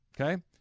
Okay